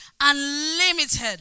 unlimited